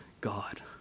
God